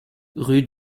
rue